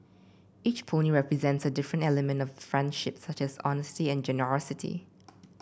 each pony represents a different element of friendship such as honesty and generosity